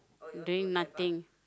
doing nothing